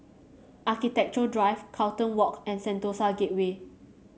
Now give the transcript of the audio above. Architecture Drive Carlton Walk and Sentosa Gateway